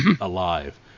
Alive